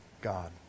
God